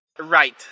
Right